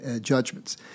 judgments